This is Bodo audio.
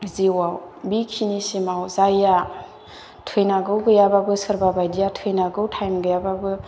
जिउआव बिखिनिसिमाव जाया थैनांगौ गैयाबाबो सोरबा बायदिया थैनांगौ थाइम गैयाबाबो